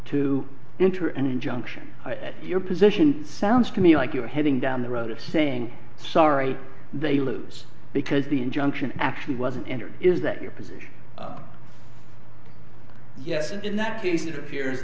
to enter an injunction at your position sounds to me like you are heading down the road of saying sorry they lose because the injunction actually wasn't entered is that your position yes and in that case it appears